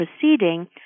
proceeding